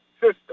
system